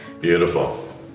Beautiful